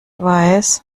weiß